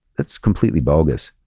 that's completely bogus.